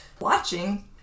watching